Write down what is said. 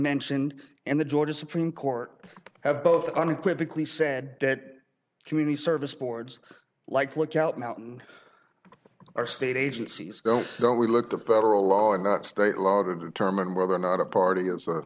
mentioned in the georgia supreme court have both unequivocally said that community service boards like lookout mountain our state agencies don't know we look at the federal law and not state law to determine whether or not a party is a